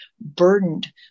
burdened